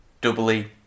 doubly